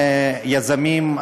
יזמים,